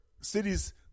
cities